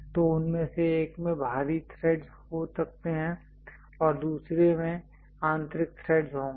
तो उनमें से एक में बाहरी थ्रेडस् हो सकते हैं और दूसरे में आंतरिक थ्रेडस् होंगे